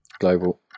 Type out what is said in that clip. Global